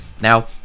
now